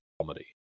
comedy